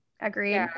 agree